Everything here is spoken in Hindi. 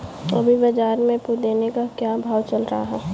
अभी बाज़ार में पुदीने का क्या भाव चल रहा है